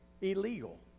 illegal